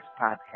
Podcast